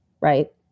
Right